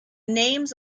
names